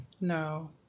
No